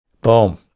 Boom